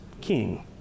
king